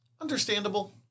Understandable